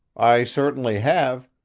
i certainly have,